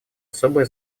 особое